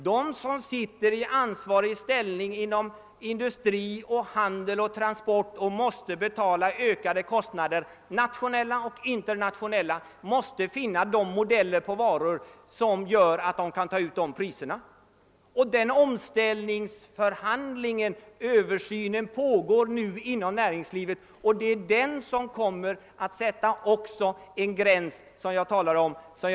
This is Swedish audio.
De som befinner sig i ansvarig ställning inom handel, industri och transportväsende och som nationellt och internationellt tvingas betala ökade kostnader måste finna sådana modeller för sina varor att de kan ta ut vissa priser. En sådan översyn pågår nu inom näringslivet, och även den kommer att sätta en gräns för priskontrollens varaktighet.